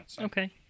Okay